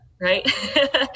right